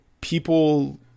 People